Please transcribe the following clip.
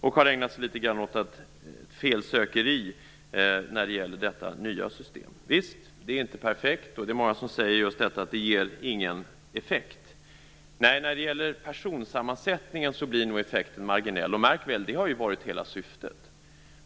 Vi har ägnat oss åt felsökeri när det gäller detta nya system. Visst - det är inte perfekt. Det är många som säger just att det inte ger någon effekt. När det gäller personsammansättningen blir effekten nog marginell. Märk väl: det har ju varit hela syftet.